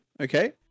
okay